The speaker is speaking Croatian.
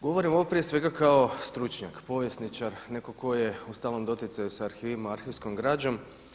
Govorim ovo prije svega kao stručnjak, povjesničar neko ko je u stalnom doticaju sa arhivima, arhivskom građom.